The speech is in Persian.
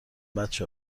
بچه